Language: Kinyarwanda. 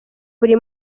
buri